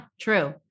true